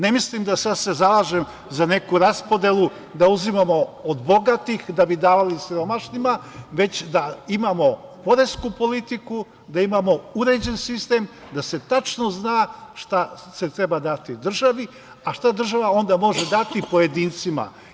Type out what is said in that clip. Ne mislim da se sada zalažem za neku raspodelu, da uzimamo od bogatih da bi davali siromašnima, već da imamo poresku politiku, da imamo uređen sistem, da se tačno zna šta se treba dati državi, a šta država onda može dati pojedincima.